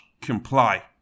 comply